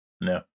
No